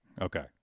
Okay